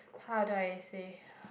how do I say